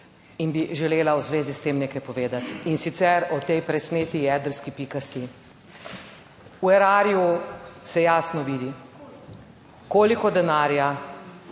in bi želela v zvezi s tem nekaj povedati, in sicer o tej presneti jedrski.si. V erarju, se jasno vidi koliko denarja